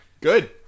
Good